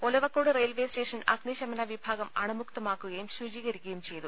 Olavakkode railway station അഗ്നിശമന വിഭാഗം അണുമുക്തമാക്കു കയും ശുചീകരിക്കുകയും ചെയ്തു